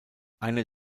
einer